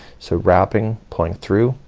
so wrapping, pulling through,